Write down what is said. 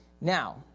now